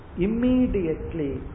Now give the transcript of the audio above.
immediately